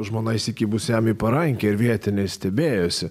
žmona įsikibus jam į parankę ir vietiniai stebėjosi